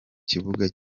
kibuga